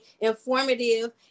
informative